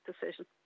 decision